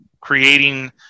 creating